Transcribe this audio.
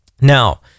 Now